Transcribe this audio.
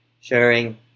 sharing